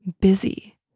busy